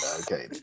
okay